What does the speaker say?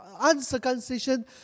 uncircumcision